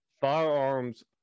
firearms